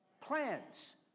plans